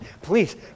please